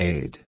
Aid